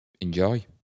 enjoy